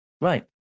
Right